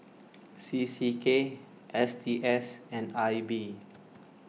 C C K S T S and I B